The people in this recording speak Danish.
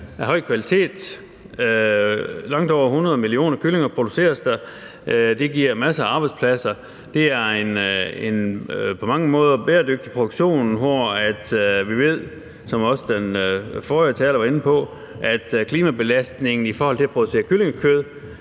i Danmark; langt over 100 millioner kyllinger produceres der, og det giver masser af arbejdspladser. Det er en på mange måder bæredygtig produktion, og vi ved, at klimabelastningen ved at producere kyllingekød